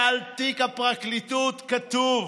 כשבתיק הפרקליטות כתוב: